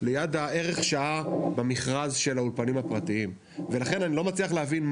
ליד הערך שעה במכרז של האולפנים הפרטיים ולכן אני לא מצליח להבין,